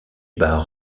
bat